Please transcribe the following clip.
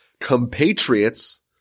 compatriots